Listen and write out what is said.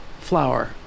flower